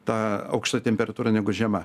ta aukšta temperatūra negu žema